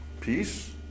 Peace